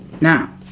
Now